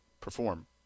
perform